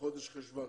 לחודש חשוון.